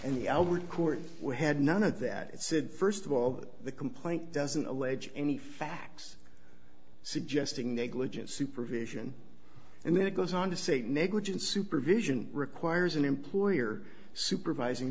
outward court we had none of that it said first of all that the complaint doesn't allege any facts suggesting negligent supervision and then it goes on to say negligent supervision requires an employer supervising